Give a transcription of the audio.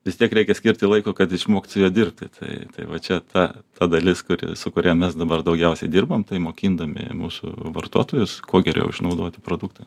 vis tiek reikia skirti laiko kad išmokt su ja dirbti tai tai va čia ta ta dalis kuri su kuria mes dabar daugiausiai dirbam tai mokindami mūsų vartotojus kuo geriau išnaudoti produktą